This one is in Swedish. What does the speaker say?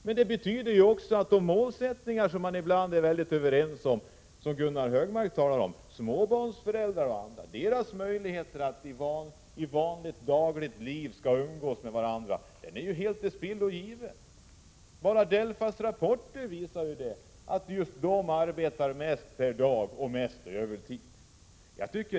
Men det betyder också att det mål som Anders G Högmark talar om och som man ibland är överens om — småbarnsföräldrars och andras möjligheter att umgås med varandra — slås i spillror. DELFA:s rapporter visar att just den gruppen arbetar mest per dag och mest övertid.